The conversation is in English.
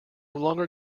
longer